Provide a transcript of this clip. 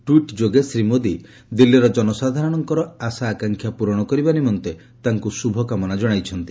tweet ଯୋଗେ ଶ୍ରୀ ମୋଦି ଦିଲ୍ଲୀର ଜନସାଧାରଣଙ୍କର ଆଶା ଆକାଂକ୍ଷା ପୂରଣ କରିବା ନିମନ୍ତେ ତାଙ୍କୁ ଶୁଭକାମନା ଜଣାଇଛନ୍ତି